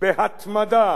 בהתמדה,